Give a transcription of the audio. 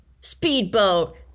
speedboat